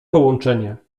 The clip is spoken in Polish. połączenie